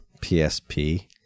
PSP